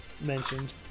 mentioned